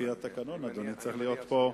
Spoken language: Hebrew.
לפי התקנון, אדוני, צריך להיות פה,